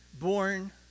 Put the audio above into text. Born